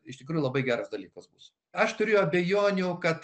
iš tikrųjų labai geras dalykas bus aš turiu abejonių kad